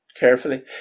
carefully